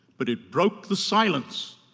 but it broke the silence,